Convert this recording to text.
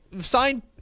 signed